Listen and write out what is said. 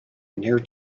near